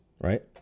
right